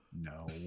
No